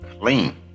clean